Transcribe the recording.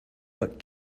but